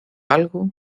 algo